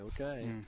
okay